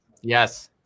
Yes